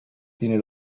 tiene